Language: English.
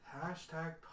Hashtag